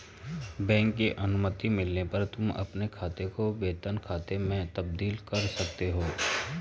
bank की अनुमति मिलने पर तुम अपने खाते को वेतन खाते में तब्दील कर सकते हो